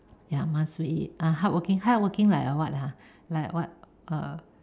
ya must be ah hardworking hardworking like a what err